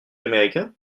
américain